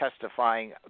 testifying